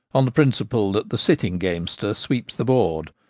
on the principle that the sitting gamester sweeps the board.